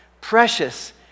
precious